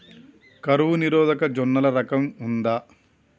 కరువు నిరోధక జొన్నల రకం ఉందా?